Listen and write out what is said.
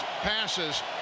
passes